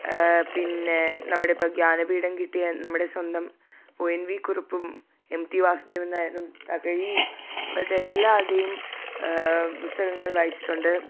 പിന്നെ നമ്മുടെ ഇപ്പോൾ ജ്ഞാനപീഠം കിട്ടിയ നമ്മുടെ സ്വന്തം ഒ എൻ വി കുറുപ്പും എം ടി വാസുദേവൻ നായരും തകഴിയും അവരുടെ എല്ലാവരുടേയും പുസ്തകങ്ങൾ വായിച്ചിട്ടുണ്ട്